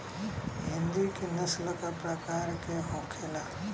हिंदी की नस्ल का प्रकार के होखे ला?